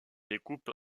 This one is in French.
découpe